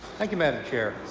thank you, madam chair.